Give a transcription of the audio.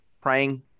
praying